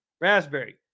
raspberry